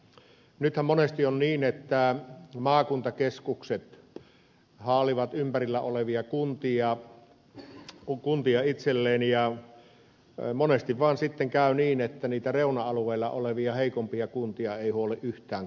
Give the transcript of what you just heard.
nythän monesti on niin että maakuntakeskukset haalivat ympärillä olevia kuntia itselleen ja monesti vaan sitten käy niin että niitä reuna alueilla olevia heikompia kuntia ei huoli kukaan